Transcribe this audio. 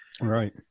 right